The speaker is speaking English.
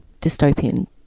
dystopian